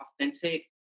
authentic